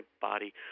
body